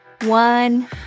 one